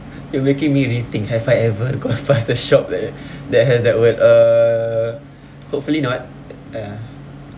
you're making me rethink have I ever gone past the shop there that has that word uh hopefully not ya